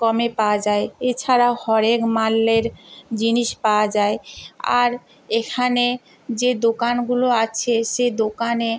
কমে পাওয়া যায় এছাড়া হরেক মালের জিনিস পাওয়া যায় আর এখানে যে দোকানগুলো আছে সে দোকানে